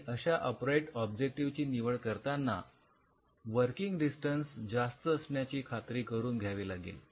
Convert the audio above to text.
आणि अशा upright objective ची निवड करताना वर्किंग डिस्टन्स जास्त असण्याची खात्री करून घ्यावी लागेल